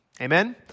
Amen